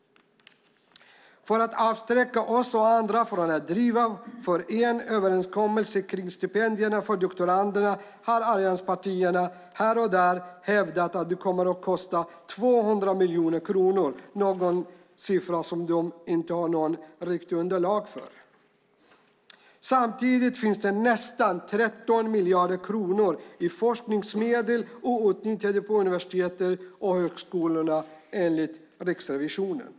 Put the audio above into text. För att avskräcka oss och andra från att driva på för en överenskommelse kring stipendierna för doktoranderna har allianspartierna här och där hävdat att det kommer att kosta 200 miljoner kronor - en summa som de inte har något riktigt underlag för. Samtidigt finns nästan 13 miljarder kronor i forskningsmedel outnyttjade på universiteten och högskolorna, enligt Riksrevisionen.